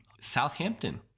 Southampton